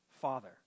Father